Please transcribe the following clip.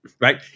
Right